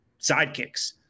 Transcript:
sidekicks